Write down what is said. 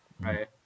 Right